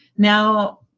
Now